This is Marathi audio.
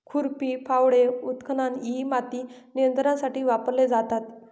खुरपी, फावडे, उत्खनन इ माती नियंत्रणासाठी वापरले जातात